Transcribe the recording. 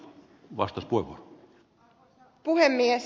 arvoisa puhemies